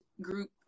group